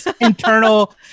internal